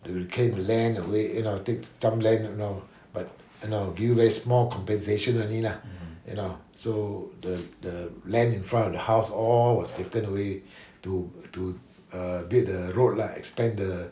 they reclaimed the land away you know take some land you know but you know give you very small compensation only lah you know so the the land in front of the house all was taken away to to err build the road lah expand the